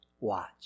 Watch